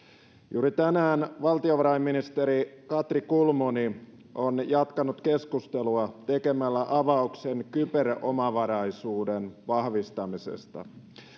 juuri tänään valtiovarainministeri katri kulmuni on jatkanut keskustelua tekemällä avauksen kyberomavaraisuuden vahvistamisesta